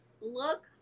look